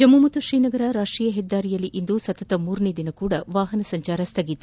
ಜಮ್ನು ಶ್ರೀನಗರ ರಾಷ್ಟೀಯ ಹೆದ್ದಾರಿದಲ್ಲಿ ಇಂದು ಸತತ ಮೂರನೆಯ ದಿನವೂ ವಾಹನ ಸಂಚಾರ ಸ್ಲಗಿತ